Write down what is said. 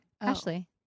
Ashley